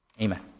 Amen